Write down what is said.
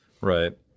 Right